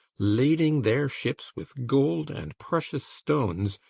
lading their ships with gold and precious stones,